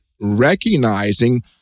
recognizing